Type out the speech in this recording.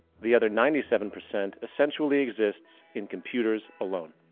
the other ninety seven percent essentially exists in computers alone.